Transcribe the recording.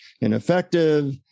ineffective